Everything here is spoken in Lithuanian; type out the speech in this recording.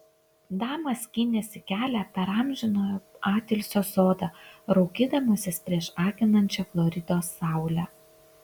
damas skynėsi kelią per amžinojo atilsio sodą raukydamasis prieš akinančią floridos saulę